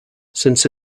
since